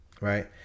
right